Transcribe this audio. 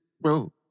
bro